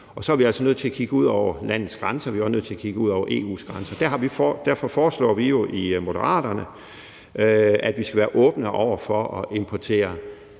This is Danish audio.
og så er vi altså nødt til at kigge ud over landets grænser, og vi er også nødt til at kigge ud over EU's grænser. Derfor foreslår vi jo i Moderaterne, at vi skal være åbne over for at importere